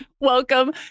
Welcome